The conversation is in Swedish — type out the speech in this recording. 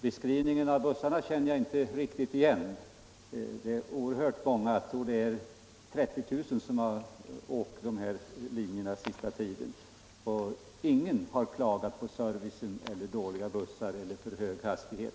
Beskrivningen av bussarna känner jag inte riktigt igen. Jag tror det är 30 000 människor som åkt dessa linjer på sista tiden, och ingen har klagat på servicen eller på dåliga bussar eller på hög hastighet.